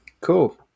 Cool